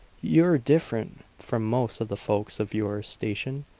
you're different from most of the folks of your station,